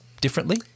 differently